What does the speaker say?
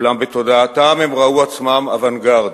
אולם בתודעתם הם ראו עצמם אוונגרד,